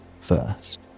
First